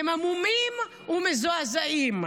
הם המומים ומזועזעים,